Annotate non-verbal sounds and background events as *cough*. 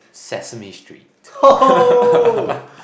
Sesame Street *laughs*